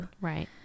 Right